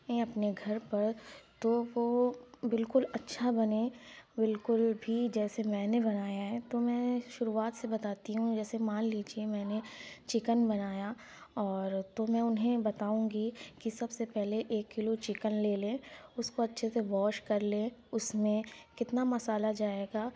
اپنے گھر پر تو وہ بالکل اچھا بنے بالکل بھی جیسے میں نے بنایا ہے تو میں شروعات سے بتاتی ہوں جیسے مان لیجیے میں نے چکن بنایا اور تو میں انہیں بتاؤں گی کہ سب سے پہلے ایک کلو چکن لے لیں اس کو اچھے سے واش کر لیں اس میں کتنا مسالہ جائے گا